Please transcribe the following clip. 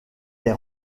des